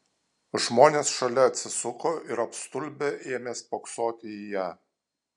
žmonės šalia atsisuko ir apstulbę ėmė spoksoti į ją